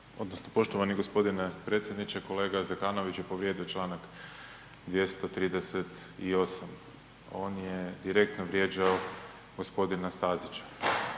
odnosno poštovani g. predsjedniče, kolega Zekanović je povrijedio čl. 238.. On je direktno vrijeđao g. Stazića.